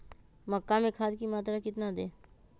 मक्का में खाद की मात्रा कितना दे?